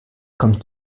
kommt